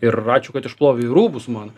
ir ačiū kad išplovei rūbus man